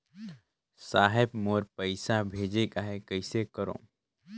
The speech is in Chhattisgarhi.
साहेब मोर पइसा भेजेक आहे, कइसे करो?